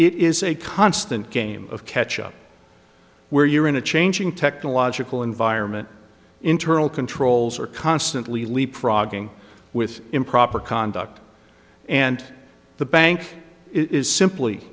it is a constant game of catch up where you are in a changing technological environment internal controls are constantly leapfrogging with improper conduct and the bank is simply